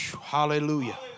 Hallelujah